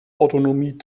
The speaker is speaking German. autonomie